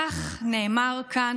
כך נאמר כאן,